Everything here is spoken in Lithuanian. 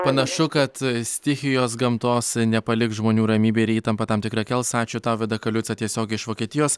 panašu kad stichijos gamtos nepaliks žmonių ramybėj ir įtampą tam tikrą kels ačiū tau vida kaliutsa tiesiogiai iš vokietijos